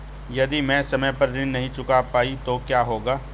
यदि मैं समय पर ऋण नहीं चुका पाई तो क्या होगा?